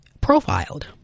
profiled